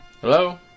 Hello